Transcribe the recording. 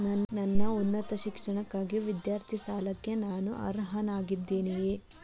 ನನ್ನ ಉನ್ನತ ಶಿಕ್ಷಣಕ್ಕಾಗಿ ವಿದ್ಯಾರ್ಥಿ ಸಾಲಕ್ಕೆ ನಾನು ಅರ್ಹನಾಗಿದ್ದೇನೆಯೇ?